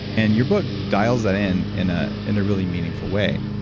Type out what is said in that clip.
and your book dials that in, in a and really meaningful way.